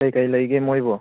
ꯀꯔꯤ ꯀꯔꯤ ꯂꯩꯒꯦ ꯃꯣꯏꯕꯣ